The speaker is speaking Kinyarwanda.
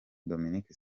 dominic